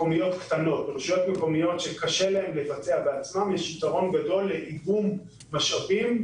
ברשויות שקשה להן לבצע בעצמן יש יתרון גדול לאיגום משאבים,